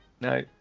no